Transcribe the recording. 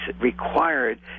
required